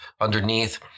underneath